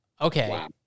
Okay